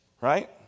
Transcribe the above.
Right